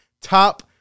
Top